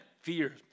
fear